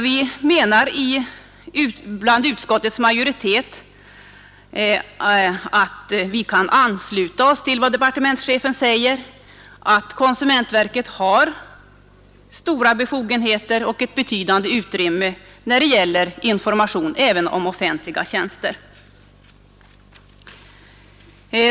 Vi som tillhör utskottsmajoriteten menar således att vi kan ansluta oss till departementschefens yttrande, nämligen att konsumentverket har stora befogenheter och ett betydande utrymme för information även i fråga om offentliga tjänster.